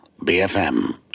BFM